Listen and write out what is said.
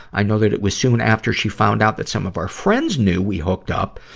i know that it was soon after she found out that some of our friends knew we hooked up.